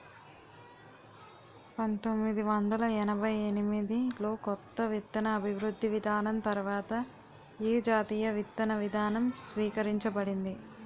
పంతోమ్మిది వందల ఎనభై ఎనిమిది లో కొత్త విత్తన అభివృద్ధి విధానం తర్వాత ఏ జాతీయ విత్తన విధానం స్వీకరించబడింది?